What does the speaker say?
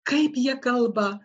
kaip jie kalba